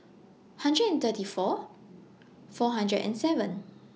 hundred and thirty four four hundred and seven